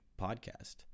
podcast